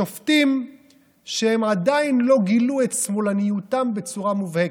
בשופטים שעדיין לא גילו את שמאלניותם בצורה מובהקת.